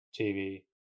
TV